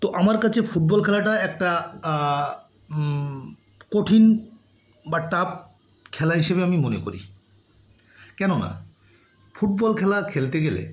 তো আমার কাছে ফুটবল খেলাটা একটা কঠিন বা টাফ খেলা হিসেবে আমি মনে করি কেননা ফুটবল খেলা খেলতে গেলে